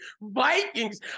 Vikings